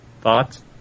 Thoughts